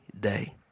day